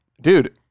Dude